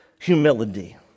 Humility